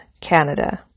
Canada